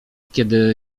kiedy